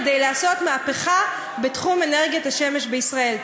כדי לעשות מהפכה בתחום אנרגיית השמש בישראל.